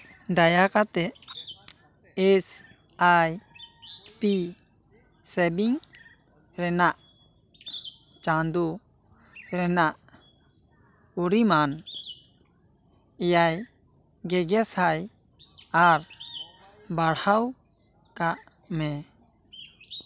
ᱫᱟᱭᱟ ᱠᱟᱛᱮᱜ S I P ᱥᱮᱵᱷᱤᱝ ᱨᱮᱱᱟᱜ ᱪᱟᱸᱫᱳ ᱨᱮᱱᱟᱜ ᱯᱚᱨᱤᱢᱟᱱ ᱮᱭᱟᱭ ᱜᱮᱜᱮᱥᱟᱭ ᱟᱨ ᱵᱟᱲᱦᱟᱣ ᱠᱟᱜ ᱢᱮ